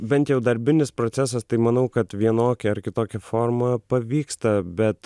bent jau darbinis procesas tai manau kad vienokia ar kitokia forma pavyksta bet